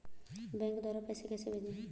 Bank द्वारा पैसे कैसे भेजें?